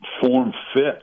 form-fit